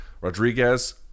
Rodriguez